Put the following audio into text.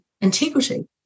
integrity